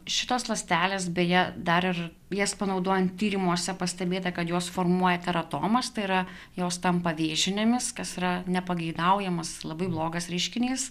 šitos ląstelės beje dar ir jas panaudojant tyrimuose pastebėta kad jos formuoja teratomas tai yra jos tampa vėžinėmis kas yra nepageidaujamas labai blogas reiškinys